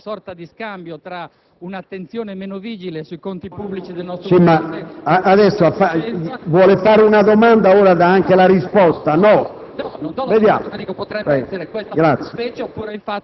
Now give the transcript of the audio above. fosse per creare una sorta di scambio tra un'attenzione meno vigile sui conti pubblici del nostro Paese... PRESIDENTE. Vuole fare una domanda, ora dà anche la risposta? No.